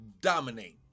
dominate